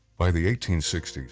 by the eighteen sixty s,